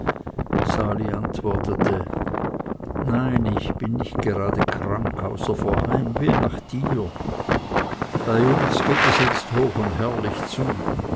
antwortete nein ich bin gerade nicht krank außer vor heimweh nach dir bei uns geht es jetzt hoch und herrlich zu